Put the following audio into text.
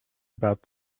about